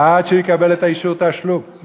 ועד שהוא יקבל את אישור התשלום,